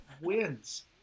wins